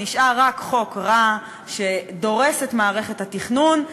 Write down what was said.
נשאר רק חוק רע, שדורס את מערכת התכנון,